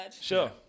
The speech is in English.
Sure